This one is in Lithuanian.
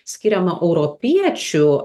skiriama europiečių